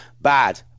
bad